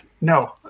No